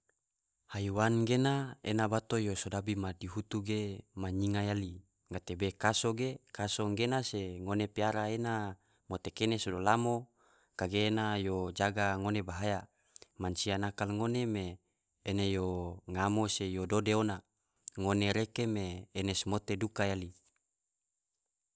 Haiwan gena ena bato yo sodabi madihutu ge ma nyinga yali, gatebe kaso ge, kaso gena se ngone piara ena mote kene sado lamo kage ena yo jaga ngone bahaya, mansia nakal ngone me ene yo ngamo se yo dode ona, ngone reke me ene somote duka yali.